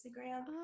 Instagram